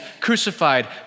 crucified